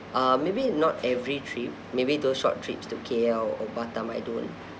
uh maybe not every trip maybe those short trips to K_L or